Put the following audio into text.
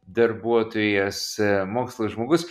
darbuotojai e mokslo žmogus